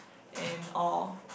and all